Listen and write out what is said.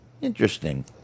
Interesting